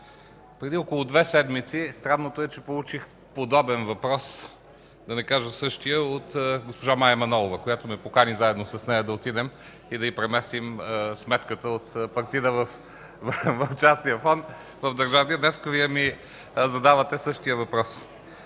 преди около две седмици странното е, че получих подобен въпрос, да не кажа същия, от госпожо Мая Манолова, която ме покани заедно с нея да отидем и да й преместим сметката от партида в частния фонд в държавния. Днес Вие ми задавате същия въпрос.